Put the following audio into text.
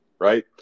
Right